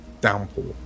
downpour